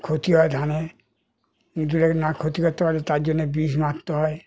ক্ষতি হয় ধানে ইঁদুরে না ক্ষতি করতে পারে তার জন্যে বিষ মারতে হয়